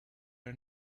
are